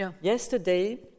Yesterday